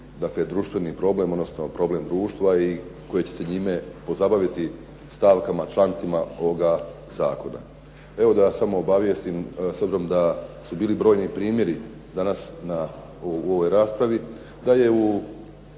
dakle, društveni problem, odnosno problem društva koje će se njime pozabaviti stavkama, člancima ovoga zakona. Evo da ja samo obavijestim s obzirom da su bili brojni primjeri danas u ovoj raspravi da je u